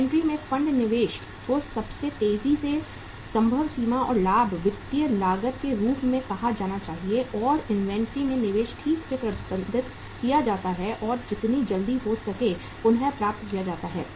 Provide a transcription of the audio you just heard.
inventory में fund निवेश को सबसे तेजी से संभव सीमा और लाभ वित्तीय लागत के रूप में कहा जाना चाहिए और इन्वेंट्री में निवेश ठीक से प्रबंधित किया जाता है और जितनी जल्दी हो सके पुनर्प्राप्त किया जाता है